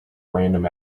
random